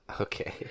okay